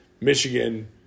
Michigan